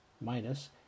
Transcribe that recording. minus